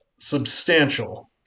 substantial